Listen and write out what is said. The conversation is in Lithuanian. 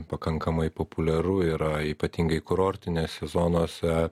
pakankamai populiaru yra ypatingai kurortinėse zonose